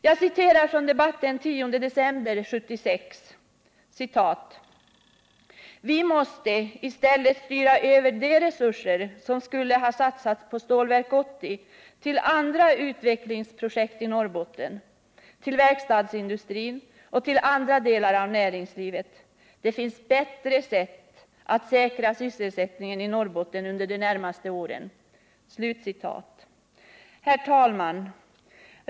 Jag citerar från debatten den 10 december 1976: ”Vi måste i stället styra över de resurser som skulle ha satsats på Stålverk 80 till andra utvecklingsprojekt i Norrbotten, till verkstadsindustrin och till andra delar av näringslivet — det finns bättre sätt att säkra sysselsättningen i Norrbotten under de närmaste åren.” Herr talman!